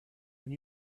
when